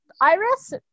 Iris